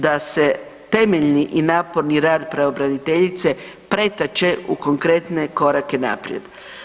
Da se temeljni i naporni rad pravobraniteljice pretače u konkretne korake naprijed.